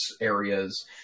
areas